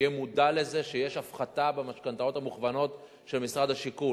שיהיה מודע לזה שיש הפחתה במשכנתאות המוכוונות של משרד השיכון.